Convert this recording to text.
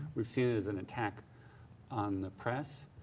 we've seen it as an attack on the press.